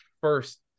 first